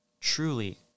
truly